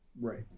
Right